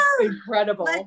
incredible